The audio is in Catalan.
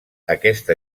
aquesta